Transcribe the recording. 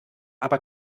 aber